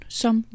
som